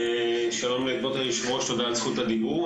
שלום כבוד היושב-ראש, תודה על זכות הדיבור.